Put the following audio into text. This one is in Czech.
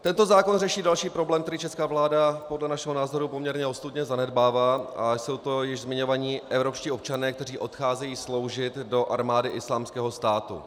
Tento zákon řeší další problém, který česká vláda podle našeho názoru poměrně ostudně zanedbává, a jsou to již zmiňovaní evropští občané, kteří odcházejí sloužit do armády Islámského státu.